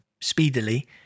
speedily